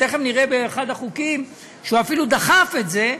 תכף נראה באחד החוקים שהוא אפילו דחף את זה.